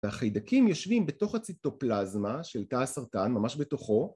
החיידקים יושבים בתוך הציטופלזמה של תא הסרטן, ממש בתוכו